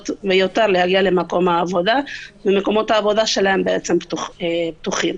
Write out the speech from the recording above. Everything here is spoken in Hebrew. להגיע למקום העבודה ומקומות העבודה שלהם בעצם פתוחים.